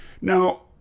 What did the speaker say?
Now